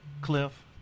Cliff